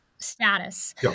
Status